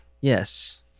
Yes